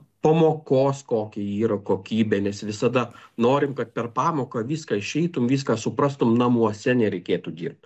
pamokos kokia yra kokybė nes visada norim kad per pamoką viską išeitum viską suprastum namuose nereikėtų dirbt